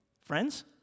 Friends